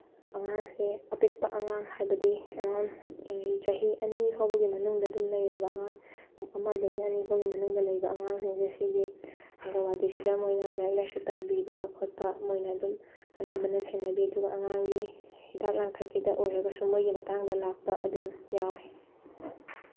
ꯑꯉꯥꯡꯁꯦ ꯑꯄꯤꯛꯄ ꯑꯉꯥꯡ ꯍꯥꯏꯕꯗꯤ ꯑꯦꯔꯥꯎꯟ ꯆꯍꯤ ꯑꯅꯤ ꯐꯥꯎꯕꯒꯤ ꯃꯅꯨꯡꯗ ꯑꯗꯨꯝ ꯂꯩꯔꯕ ꯑꯉꯥꯡ ꯑꯃꯗꯒꯤꯅ ꯑꯅꯤ ꯐꯥꯎꯒꯤ ꯃꯅꯨꯡꯗ ꯂꯩꯕ ꯑꯉꯥꯡꯁꯤꯡꯁꯦ ꯁꯤꯒꯤ ꯑꯪꯒꯜꯋꯥꯗꯤꯁꯤꯗ ꯃꯣꯏꯅ ꯂꯥꯏꯔꯤꯛ ꯂꯥꯏꯁꯨ ꯇꯝꯕꯤꯕ ꯈꯣꯠꯄ ꯃꯣꯏꯅ ꯑꯗꯨꯝ ꯑꯅꯝꯕꯅ ꯁꯦꯟꯅꯕꯤ ꯑꯗꯨꯒ ꯑꯉꯥꯡꯒꯤ ꯍꯤꯗꯥꯛ ꯂꯥꯡꯊꯛꯀꯤꯗ ꯑꯣꯏꯔꯒꯁꯨ ꯃꯣꯏꯒꯤ ꯃꯇꯥꯡꯗ ꯂꯥꯛꯄ ꯑꯗꯨꯝ ꯌꯥꯎꯋꯦ